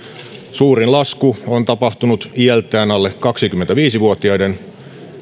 suurin lasku on tapahtunut iältään alle kaksikymmentäviisi vuotiaiden